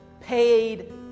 paid